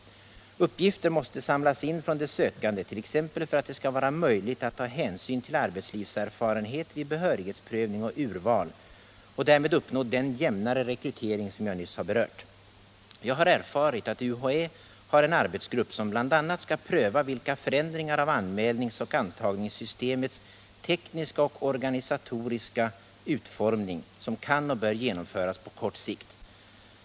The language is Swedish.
Uppgifter måste ju samlas in från de sökande, t.ex. för att det skall vara möjligt att ta hänsyn till arbetslivserfarenhet vid behörighetspröv ning och urval och därmed uppnå den jämnare rekrytering som jag nyss har berört. Jag har erfarit att universitetsoch högskoleämbetet har en arbetsgrupp som bl.a. skall pröva vilka förändringar av anmälningsoch antagningssystemets tekniska och organisatoriska utformning som kan och bör genomföras på kort sikt.